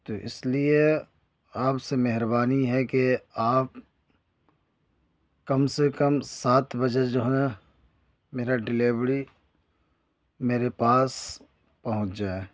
تو اس لیے آپ سے مہربانی ہے کہ آپ کم سے کم سات بجے جو ہے میرا ڈیلیوڑی میرے پاس پہنچ جائے